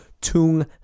Tung